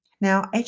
Now